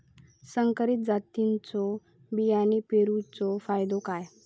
संकरित जातींच्यो बियाणी पेरूचो फायदो काय?